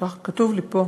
ככה כתוב לי פה.